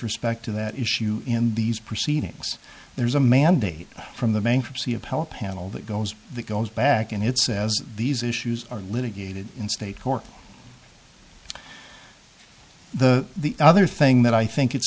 respect to that issue in these proceedings there's a mandate from the bankruptcy of help panel that goes that goes back and it says these issues are litigated in state court the other thing that i think it's